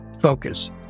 focus